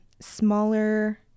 smaller